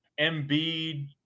Embiid